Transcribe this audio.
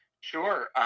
Sure